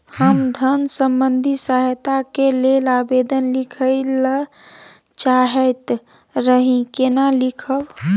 हम धन संबंधी सहायता के लैल आवेदन लिखय ल चाहैत रही केना लिखब?